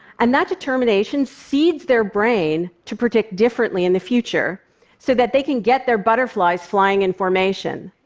and that determination seeds their brain to predict differently in the future so that they can get their butterflies flying in formation.